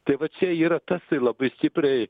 tai va čia yra tas labai stipriai